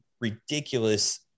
ridiculous